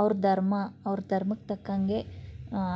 ಅವ್ರ ಧರ್ಮ ಅವ್ರ ಧರ್ಮಕ್ಕೆ ತಕ್ಕಂಗೆ